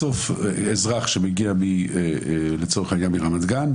אזרח שמגיע לצורך העניין מרמת גן,